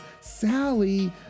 Sally